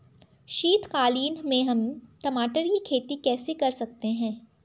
शीतकालीन में हम टमाटर की खेती कैसे कर सकते हैं?